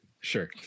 Sure